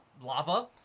lava